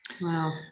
Wow